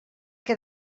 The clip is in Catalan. que